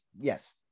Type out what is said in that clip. yes